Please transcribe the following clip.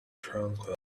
tranquil